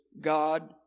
God